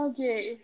Okay